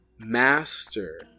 master